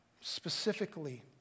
specifically